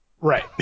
right